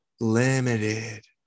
Limited